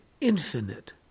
Infinite